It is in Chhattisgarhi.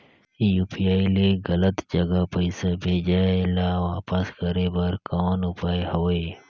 यू.पी.आई ले गलत जगह पईसा भेजाय ल वापस करे बर कौन उपाय हवय?